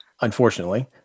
unfortunately